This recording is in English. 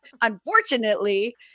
unfortunately